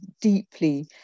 deeply